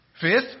Fifth